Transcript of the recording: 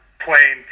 plane